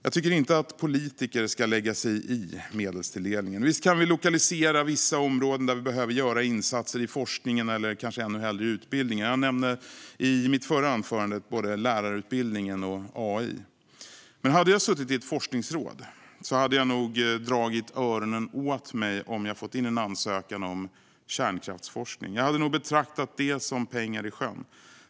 Jag tycker inte att politiker ska lägga sig i medelstilldelningen. Visst kan vi lokalisera vissa områden där vi behöver göra vissa insatser i forskningen, eller kanske ännu hellre i utbildningen. Jag nämnde i mitt förra anförande både lärarutbildningen och AI. Men om jag hade suttit i ett forskningsråd hade jag nog dragit öronen åt mig om jag hade fått in en ansökan om kärnkraftsforskning. Jag hade nog betraktat det som pengar i sjön.